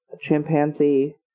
chimpanzee